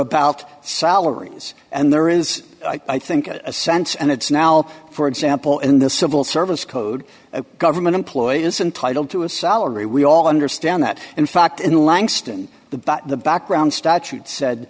about salaries and there is i think a sense and it's now for example in the civil service code a government employee is entitle to a salary we all understand that in fact in langston the but the background statute said